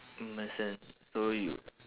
mm understand so you